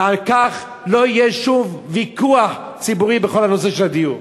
ועל כך לא יהיה שום ויכוח ציבורי בכל הנושא של הדיור.